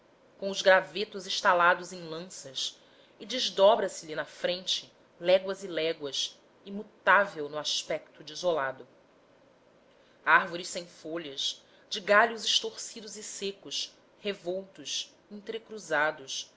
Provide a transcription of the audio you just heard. com os gravetos estalados em lanças e desdobra selhe na frente léguas e léguas imutável no aspecto desolado árvores sem folhas de galhos estorcidos e secos revoltos entrecruzados